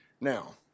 Now